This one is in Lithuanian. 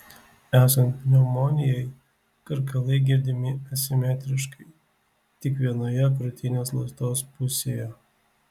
esant pneumonijai karkalai girdimi asimetriškai tik vienoje krūtinės ląstos pusėje